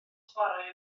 chwarae